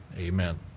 Amen